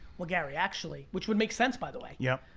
well, gary, actually, which would make sense, by the way. yep.